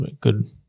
good